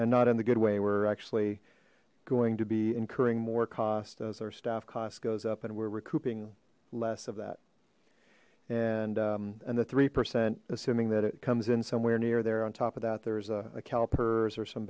and not in the good way we're actually going to be incurring more cost as our staff costs goes up and we're recouping less of that and and the three percent assuming that it comes in somewhere near there on top of that there's a calpers or some